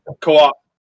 co-op